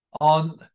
on